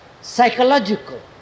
Psychological